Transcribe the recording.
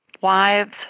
wives